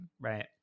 right